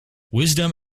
wisdom